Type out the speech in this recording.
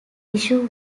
issue